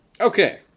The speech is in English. okay